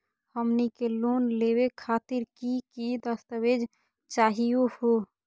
हमनी के लोन लेवे खातीर की की दस्तावेज चाहीयो हो?